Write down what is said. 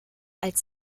als